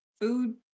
food